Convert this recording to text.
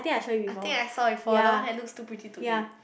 I think I saw before the one that looks too pretty to eat